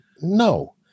No